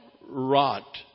rot